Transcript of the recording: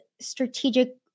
strategic